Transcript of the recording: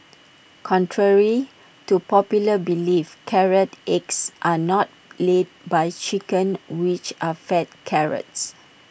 contrary to popular belief carrot eggs are not laid by chickens which are fed carrots